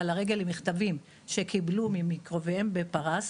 לרגל עם מכתבים שקיבלו מקרוביהם מפרס,